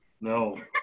no